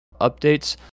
updates